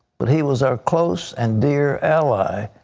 but he was a close and dear ally,